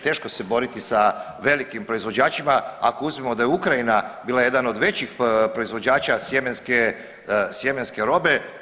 Teško se boriti sa velikim proizvođačima ako uzmemo da je Ukrajina bila jedan od većih proizvođača sjemenske robe.